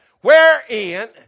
wherein